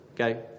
Okay